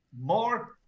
more